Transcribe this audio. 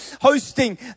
hosting